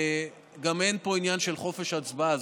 גם אין פה עניין של חופש הצבעה.